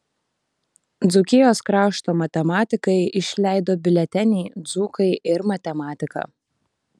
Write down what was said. dzūkijos krašto matematikai išleido biuletenį dzūkai ir matematika